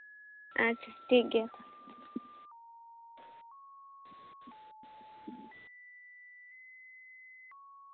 ᱟᱪᱪᱷᱟ ᱴᱷᱤᱠᱜᱮᱭᱟ ᱛᱟᱞᱦᱮ